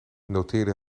noteerde